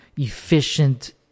efficient